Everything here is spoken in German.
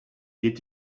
geht